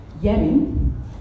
Yemen